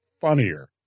funnier